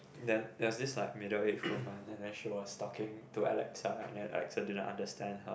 then there was this like middle aged woman and she was talking to Alex and then I also didn't understand her